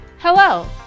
Hello